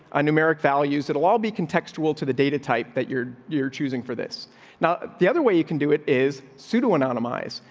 a numeric values. it'll all be contextual to the data type that you're you're choosing for this now, the other way you can do it is pseudo anonymous eyes,